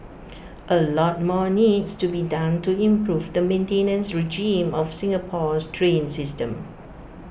A lot more needs to be done to improve the maintenance regime of Singapore's train system